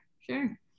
sure